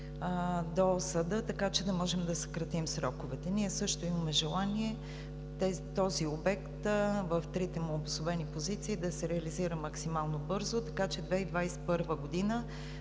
до съда, така че да можем да съкратим сроковете. Ние също имаме желание този обект в трите му обособени позиции да се реализира максимално бързо, така че 2021 г. да